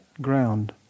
ground